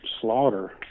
slaughter